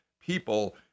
people